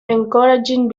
encouraging